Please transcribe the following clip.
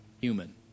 human